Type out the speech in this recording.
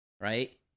right